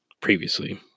previously